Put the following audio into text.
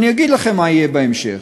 אני אגיד לכם מה יהיה בהמשך.